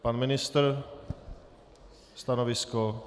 Pan ministr stanovisko?